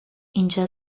اینجا